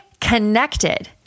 connected